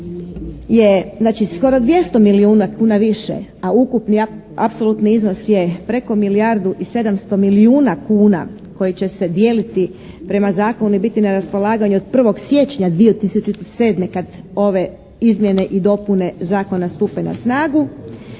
skoro 200 milijuna kuna više, a ukupni, apsolutni iznos je preko milijardu i 700 milijuna kuna koji će se dijeliti prema zakonu i biti na raspolaganju od 1. siječnja 2007. kad ove izmjene i dopune Zakona stupe na snagu